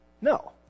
No